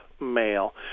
male